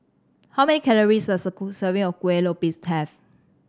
how many calories does serving of Kueh Lopes have